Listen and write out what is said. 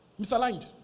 misaligned